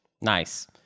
Nice